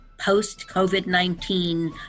post-COVID-19